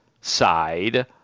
side